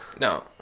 No